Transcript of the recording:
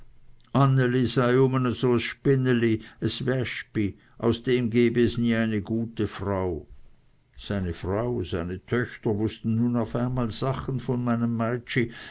es wespi aus dem gebe es nie eine gute frau seine frau seine töchtern wußten nun auf einmal sachen von meinem